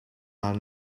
mal